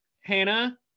hannah